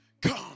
Come